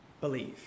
believe